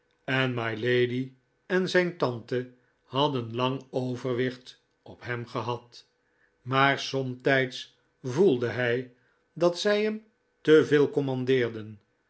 en mylady en zijn tante hadden lang overwicht op hem gehad maar somtijds voelde hij dat zij hem